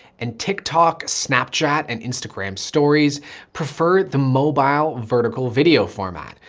and tiktok, snapchat and instagram stories prefer the mobile vertical video format,